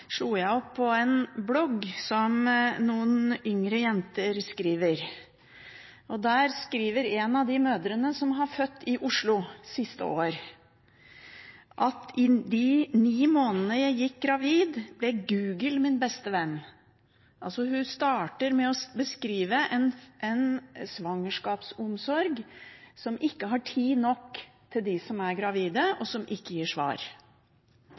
slo opp på en blogg som noen yngre jenter skriver. Der skriver en av de mødrene som har født i Oslo siste år, at i de ni månedene hun gikk gravid, ble Google hennes beste venn. Hun starter med å beskrive en svangerskapsomsorg som ikke har tid nok til dem som er gravide, og som ikke gir svar.